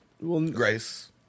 Grace